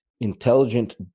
intelligent